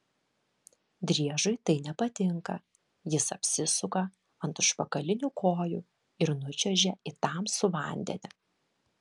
driežui tai nepatinka jis apsisuka ant užpakalinių kojų ir nučiuožia į tamsų vandenį